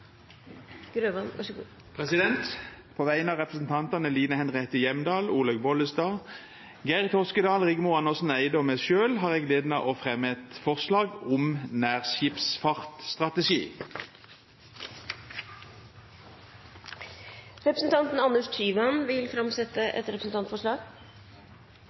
På vegne av representantene Line Henriette Hjemdal, Olaug V. Bollestad, Geir Sigbjørn Toskedal, Rigmor Andersen Eide og meg selv har jeg gleden av å fremme et forslag om en nærskipsfartstrategi for å styrke nærskipsfartens rammevilkår. Representanten Anders Tyvand vil framsette et representantforslag.